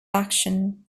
action